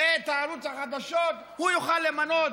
את ערוץ החדשות, הוא יוכל למנות